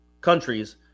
countries